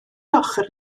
ochr